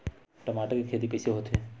टमाटर के खेती कइसे होथे?